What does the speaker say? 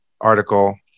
article